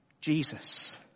Jesus